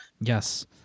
Yes